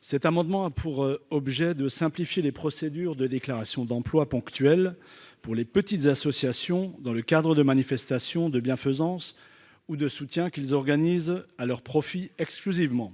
Cet amendement a pour objet de simplifier les procédures de déclaration d'emplois ponctuels, pour les petites associations, dans le cadre de manifestations de bienfaisance ou de soutien qu'elles organisent à leur profit exclusivement.